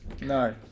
No